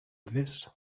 this